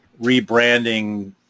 rebranding